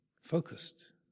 focused